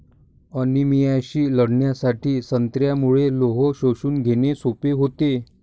अनिमियाशी लढण्यासाठी संत्र्यामुळे लोह शोषून घेणे सोपे होते